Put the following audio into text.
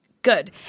Good